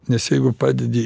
nes jeigu padedi